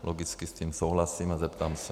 Logicky s tím souhlasím a zeptám se.